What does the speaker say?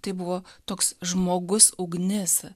tai buvo toks žmogus ugnis